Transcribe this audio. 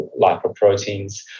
lipoproteins